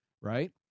Right